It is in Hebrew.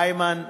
איימן סייף,